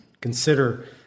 consider